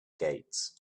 gates